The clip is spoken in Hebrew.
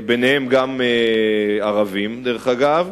ביניהם גם ערבים, דרך אגב,